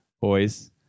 Boys